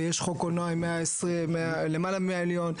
ויש חוק קולנוע עם למעלה 100 מיליון.